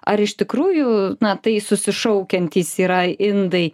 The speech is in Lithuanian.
ar iš tikrųjų na tai susišaukiantys tai yra indai